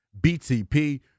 BTP